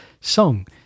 song